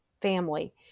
family